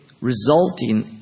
resulting